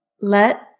Let